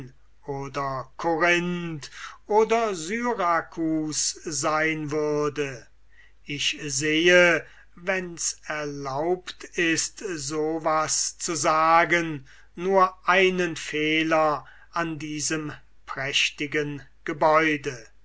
oder korinth oder syrakus sein würde ich sehe wenn's erlaubt ist es zu sagen nur einen fehler an diesem prächtigen gebäude